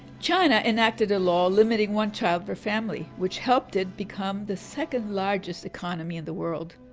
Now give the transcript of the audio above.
china enacted a law limiting one child for family, which helped it become the second largest economy in the world.